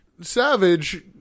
Savage